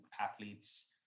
athletes